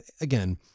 again